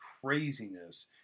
craziness